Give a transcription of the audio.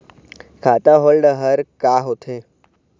खाता होल्ड हर का होथे?